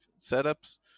setups